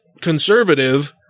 conservative